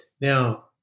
Now